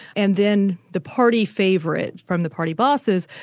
and then the party favourite from the party bosses,